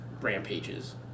rampages